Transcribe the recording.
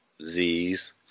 Zs